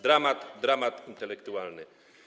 Dramat, dramat intelektualny.